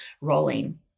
rolling